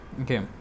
Okay